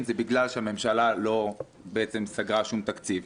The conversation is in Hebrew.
זה בגלל שהממשלה לא סגרה שום תקציב.